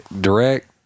direct